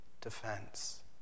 defense